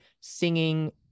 singing